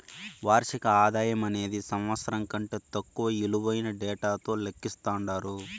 వార్షిక ఆదాయమనేది సంవత్సరం కంటే తక్కువ ఇలువైన డేటాతో లెక్కిస్తండారు